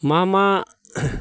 मा मा